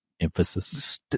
emphasis